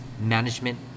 management